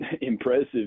impressive